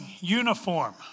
uniform